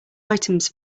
items